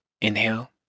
Inhale